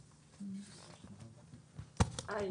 הי,